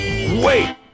Wait